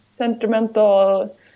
Sentimental